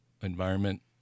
environment